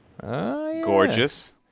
Gorgeous